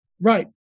Right